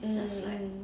mm mm